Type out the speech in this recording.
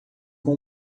com